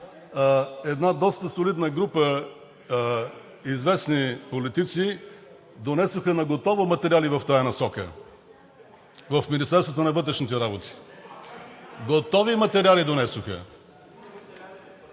една доста солидна група известни политици, донесоха наготово материали в тази насока в Министерството на вътрешните работи? Готови материали донесоха.